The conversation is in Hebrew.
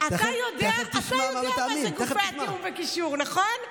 אתה יודע מה זה גופי תיאום וקישור, נכון?